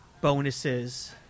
bonuses